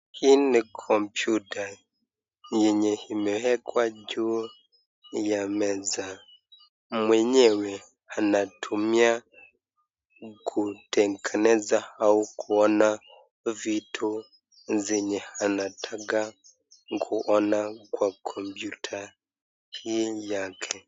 Hii ni kompyuta yenye imewekwa juu ya meza mwenyewe anatumia kutengeneza au kuona vitu zenye anataka kuona kwa kompyuta hii yake.